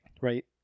right